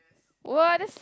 what